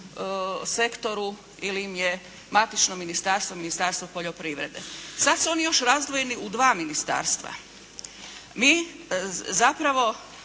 sektoru ili im je matično ministarstvo Ministarstvo poljoprivrede. Sad su oni još razdvojeni u dva ministarstva. Mi zapravo